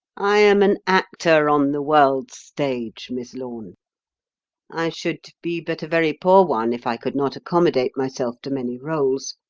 i am an actor on the world's stage, miss lorne i should be but a very poor one if i could not accommodate myself to many roles.